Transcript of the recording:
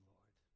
Lord